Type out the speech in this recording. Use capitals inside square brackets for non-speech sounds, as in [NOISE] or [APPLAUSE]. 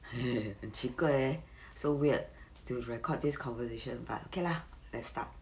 [LAUGHS] 很奇怪 leh so weird to record this conversation but okay lah let's start